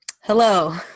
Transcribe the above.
Hello